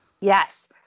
Yes